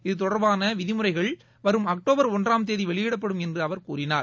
இது தொடர்பான விதிமுறைகள் வரும் அக்டோபர் ஒன்றாம் தேதி வெளியிடப்படும் என்று அவர் கூறினார்